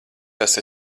tas